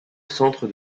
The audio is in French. centre